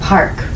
Park